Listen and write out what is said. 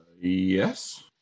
yes